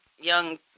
young